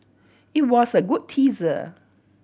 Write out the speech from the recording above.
it was a good teaser